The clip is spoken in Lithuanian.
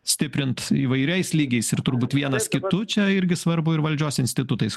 stiprint įvairiais lygiais ir turbūt vienas kitu čia irgi svarbu ir valdžios institutais